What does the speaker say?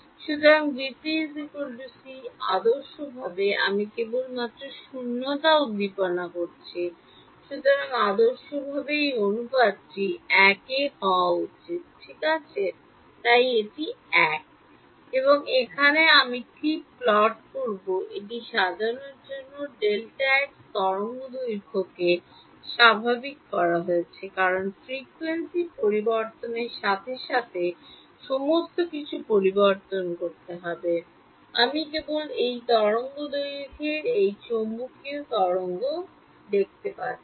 সুতরাং vp c আদর্শভাবে আমি কেবলমাত্র শূন্যতা উদ্দীপনা করছি সুতরাং আদর্শভাবে এই অনুপাতটি 1 ডান হওয়া উচিত তাই এটি 1 এবং এখানে আমি কী প্লট করব এটি সাজানোর জন্য Δx তরঙ্গ দৈর্ঘ্যকে স্বাভাবিক করা হয়েছে কারণ একটি ফ্রিকোয়েন্সি পরিবর্তনের সাথে সাথে সমস্ত কিছু পরিবর্তন করতে হবে আমি কেবল এই তরঙ্গ দৈর্ঘ্যের এই তড়িৎ চৌম্বকীয় তরঙ্গ যাচ্ছি